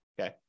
Okay